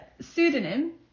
Pseudonym